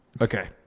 okay